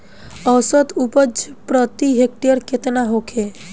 औसत उपज प्रति हेक्टेयर केतना होखे?